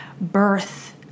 birth